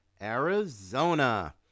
Arizona